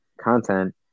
content